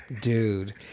dude